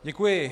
Děkuji.